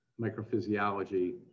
microphysiology